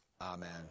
Amen